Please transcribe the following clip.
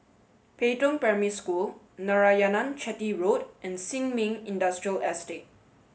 Pei Tong Primary School Narayanan Chetty Road and Sin Ming Industrial Estate